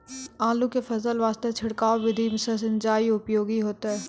आलू के फसल वास्ते छिड़काव विधि से सिंचाई उपयोगी होइतै?